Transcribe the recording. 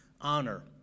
honor